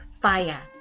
fire